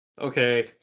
Okay